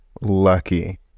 lucky